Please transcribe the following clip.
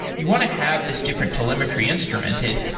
you want to have this different telemetry instrumented.